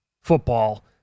football